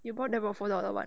you bought were for four dollar [one]